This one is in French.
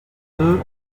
deux